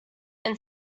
and